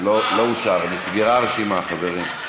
לא אושר, נסגרה הרשימה, חברים.